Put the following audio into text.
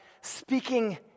speaking